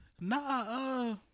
Nah